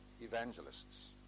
evangelists